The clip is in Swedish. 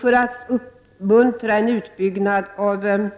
För att uppmuntra en utbyggnad av den